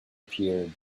appeared